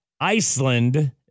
Iceland